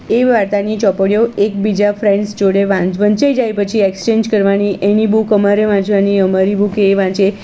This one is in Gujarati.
એ વાર્તાની ચોપડીઓ એકબીજા ફ્રેન્ડ્સ જોડે વાંચ વંચાઈ જાય પછી એક્સ્ચેન્જ કરવાની એની બુક અમારે વાંચવાની અમારી બુક એ વાંચે